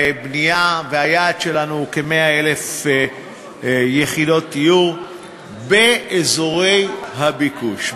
והיעד שלנו הוא כ-100,000 יחידות דיור באזורי הביקוש,